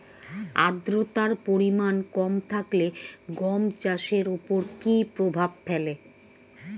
আদ্রতার পরিমাণ কম থাকলে গম চাষের ওপর কী প্রভাব ফেলে?